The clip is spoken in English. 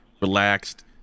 relaxed